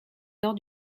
nord